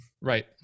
right